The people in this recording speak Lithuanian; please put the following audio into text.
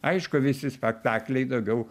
aišku visi spektakliai daugiau